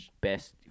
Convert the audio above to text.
best